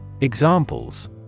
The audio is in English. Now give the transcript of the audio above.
Examples